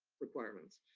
requirements.